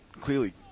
clearly